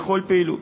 בכל פעילות?